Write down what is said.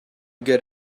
get